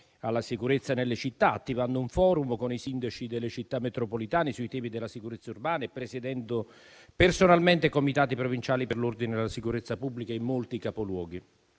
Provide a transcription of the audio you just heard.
alla sicurezza nelle città, attivando un *forum* con i sindaci delle Città metropolitane sui temi della sicurezza urbana e presiedendo personalmente comitati provinciali per l'ordine e la sicurezza pubblica in molti Capoluoghi.